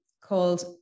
called